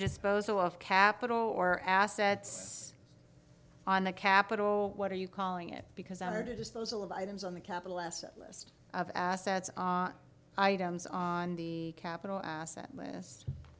dispose off capital or assets on the capital what are you calling it because our disposal of items on the capital asset list of assets items on the capital asset list